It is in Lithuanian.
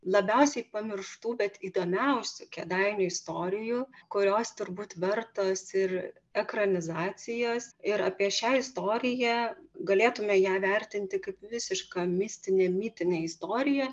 labiausiai pamirštų bet įdomiausių kėdainių istorijų kurios turbūt vertos ir ekranizacijos ir apie šią istoriją galėtume ją vertinti kaip visišką mistinę mitinę istoriją